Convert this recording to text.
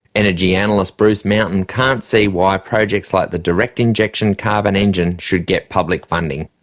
energy analyst bruce mountain can't see why projects like the direct injection carbon engine should get public funding.